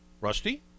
Rusty